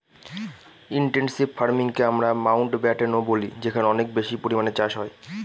intensive ফার্মিংকে আমরা মাউন্টব্যাটেনও বলি যেখানে অনেক বেশি পরিমানে চাষ হয়